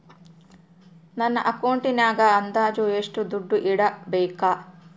ನನ್ನ ಅಕೌಂಟಿನಾಗ ಅಂದಾಜು ಎಷ್ಟು ದುಡ್ಡು ಇಡಬೇಕಾ?